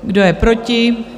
Kdo je proti?